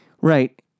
Right